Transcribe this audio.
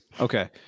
Okay